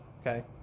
okay